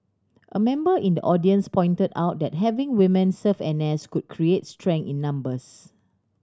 a member in the audience pointed out that having women serve N S could create strength in numbers